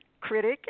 critic